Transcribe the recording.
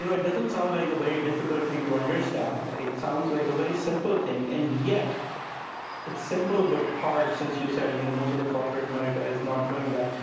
you know it doesn't sound like a very difficult thing to understand, it sounds like a very simple thing. and yet it's simple, but hard since you said you know most of the corporate america is not doing that.